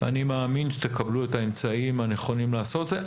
אני מאמין שתקבלו את האמצעים הנכונים לעשות את זה.